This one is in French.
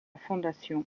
fondation